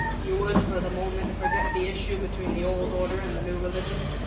you would for the moment, forget the issue between the old order and the new religion.